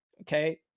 Okay